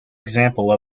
example